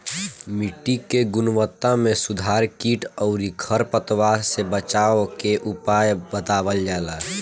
मिट्टी के गुणवत्ता में सुधार कीट अउरी खर पतवार से बचावे के उपाय बतावल जाला